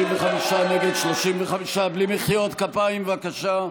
55, נגד, 35. בלי מחיאות כפיים, בבקשה.